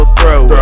throw